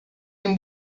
این